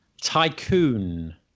tycoon